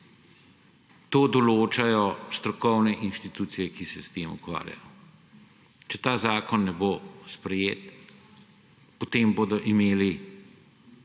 To določajo strokovne inštitucije, ki se s tem ukvarjajo. Če ta zakon ne bo sprejet, potem bodo imeli vsi